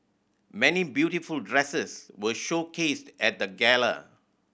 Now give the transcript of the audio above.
many beautiful dresses were showcased at the gala